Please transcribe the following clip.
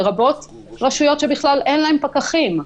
לרבות רשויות שלהן אין בכלל פקחים,